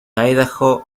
idaho